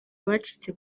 abacitse